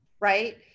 right